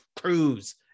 cruise